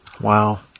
Wow